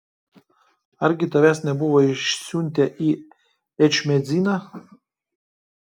argi tavęs nebuvo išsiuntę į ečmiadziną